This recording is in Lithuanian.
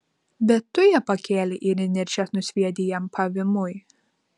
bet tu ją pakėlei ir įniršęs nusviedei jam pavymui